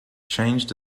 changed